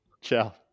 Ciao